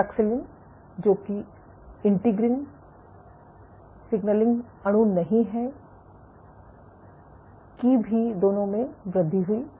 paxillin जो कि integrin signalling अणु नहीं है की भी वृद्धि दोनों में हुई थी